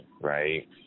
right